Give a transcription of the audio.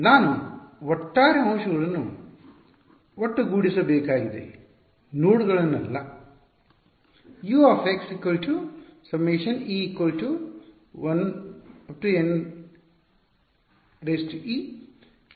ನಾನು ಒಟ್ಟಾರೆ ಅಂಶಗಳನ್ನು ಒಟ್ಟುಗೂಡಿಸಬೇಕಾಗಿದೆ ನೋಡ್ ಗಳನ್ನಲ್ಲ